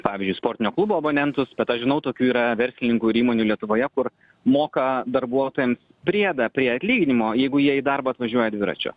pavyzdžiui sportinio klubo abonentus bet aš žinau tokių yra verslininkų ir įmonių lietuvoje kur moka darbuotojams priedą prie atlyginimo jeigu jie į darbą atvažiuoja dviračiu